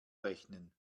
rechnen